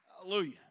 Hallelujah